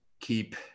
keep